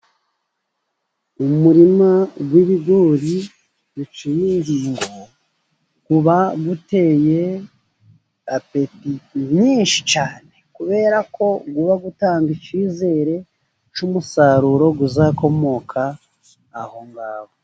Umurima w’ibigori biciye ingingo, uba uteye apeti nyinshi cyane, kubera ko uba utanga icyizere cy’umusaruro uzakomoka aho ngaho.